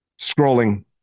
scrolling